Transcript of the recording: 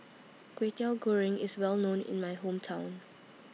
Kway Teow Goreng IS Well known in My Hometown